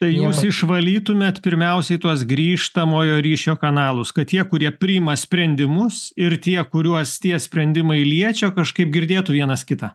tai juos išvalytumėt pirmiausiai tuos grįžtamojo ryšio kanalus kad tie kurie priima sprendimus ir tie kuriuos tie sprendimai liečia kažkaip girdėtų vienas kitą